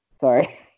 sorry